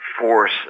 force